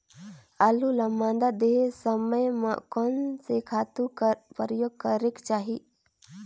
आलू ल मादा देहे समय म कोन से खातु कर प्रयोग करेके चाही?